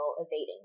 evading